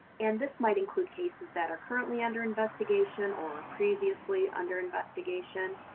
and this might include cases that are currently under investigation, or previously under investigation.